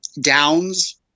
downs